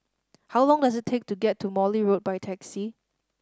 how long does it take to get to Morley Road by taxi